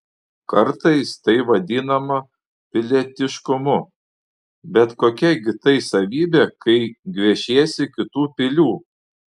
kartais tai vadinama pilietiškumu bet kokia gi tai savybė kai gviešiesi kitų pilių